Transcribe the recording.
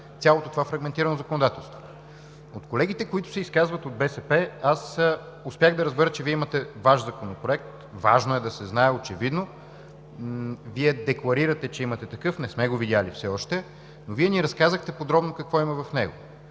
цялото това фрагментирано законодателство. От колегите, които се изказват от БСП, аз успях да разбера, че Вие имате Ваш законопроект. Важно е да се знае, очевидно. Вие декларирате, че имате такъв, не сме го видели все още, но Вие ни разказахте подробно какво има в него.